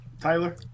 Tyler